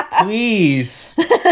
Please